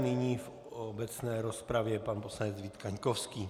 Nyní v obecné rozpravě pan poslanec Vít Kaňkovský.